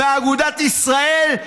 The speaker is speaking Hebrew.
מאגודת ישראל?